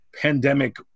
pandemic